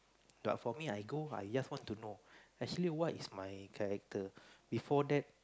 but for me I go I just want to know actually what's my character before that